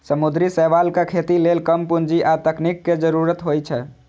समुद्री शैवालक खेती लेल कम पूंजी आ तकनीक के जरूरत होइ छै